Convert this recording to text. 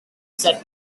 set